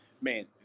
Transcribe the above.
man